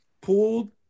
pulled